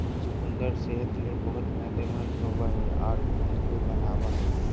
चुकंदर सेहत ले बहुत फायदेमंद होवो हय आर खून भी बनावय हय